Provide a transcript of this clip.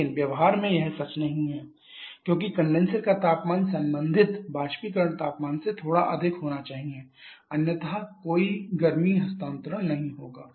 लेकिन व्यवहार में यह सच नहीं है क्योंकि कंडेनसर का तापमान संबंधित बाष्पीकरण तापमान से थोड़ा अधिक होना चाहिए अन्यथा कोई गर्मी हस्तांतरण नहीं होगा